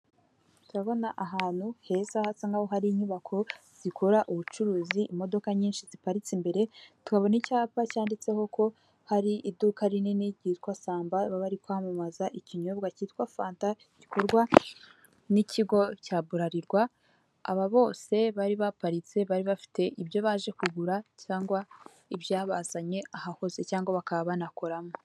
Turabona ahantu heza hasa nk'aho hari inyubako zikora ubucuruzi, imodoka nyinshi ziparitse imbere, tubona icyapa cyanditseho ko hari iduka rinini ryitwa samba baba bari kwamamaza ikinyobwa cyitwa fanta, gikorwa n'ikigo cya buralirwa, aba bose bari baparitse bari bafite ibyo baje kugura cyangwa ibyabazanye aha hose cyangwa bakaba banakoramo.